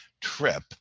trip